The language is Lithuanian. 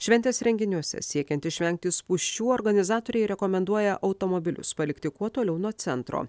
šventės renginiuose siekiant išvengti spūsčių organizatoriai rekomenduoja automobilius palikti kuo toliau nuo centro